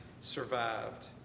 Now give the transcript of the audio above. survived